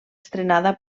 estrenada